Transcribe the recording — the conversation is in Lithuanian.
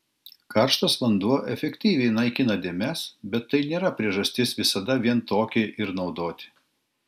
karštas vanduo efektyviai naikina dėmes bet tai nėra priežastis visada vien tokį ir naudoti